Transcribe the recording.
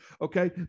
Okay